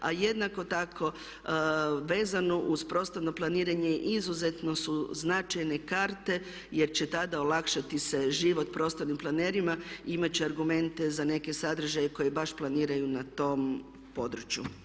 A jednako tako vezano uz prostorno planiranje izuzetno su značajne karte jer će tada olakšati se život prostornim planerima, imat će argumente za neke sadržaje koje baš planiraju na tom području.